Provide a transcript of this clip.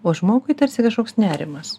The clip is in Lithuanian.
o žmogui tarsi kažkoks nerimas